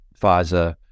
Pfizer